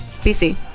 bc